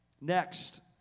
Next